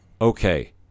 okay